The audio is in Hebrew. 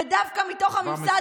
ודווקא מתוך הממסד,